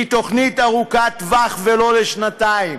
היא תוכנית ארוכת טווח, ולא לשנתיים.